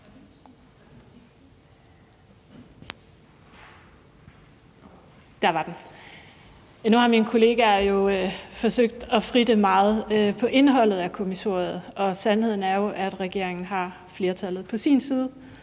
Dehnhardt (SF): Nu har mine kollegaer jo forsøgt af fritte meget om indholdet af kommissoriet, og sandheden er jo, at regeringen har flertallet på sin side.